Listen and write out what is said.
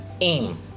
aim